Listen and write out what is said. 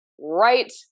right